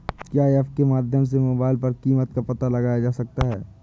क्या ऐप के माध्यम से मोबाइल पर कीमत का पता लगाया जा सकता है?